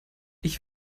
ich